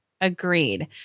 Agreed